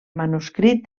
manuscrit